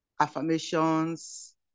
affirmations